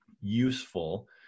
useful